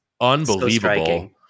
Unbelievable